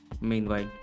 Meanwhile